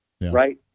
right